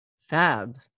Fab